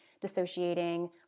dissociating